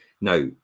Now